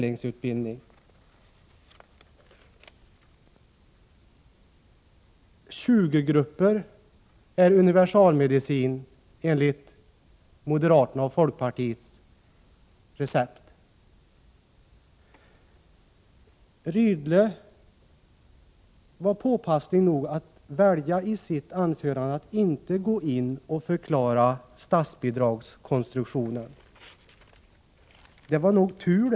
Införandet av 20-grupper är en universalmedicin, enligt moderaternas och folkpartisternas recept. Birgitta Rydle var i sitt anförande påpasslig nog att inte välja att förklara statsbidragskonstruktionen. Det var nog tur.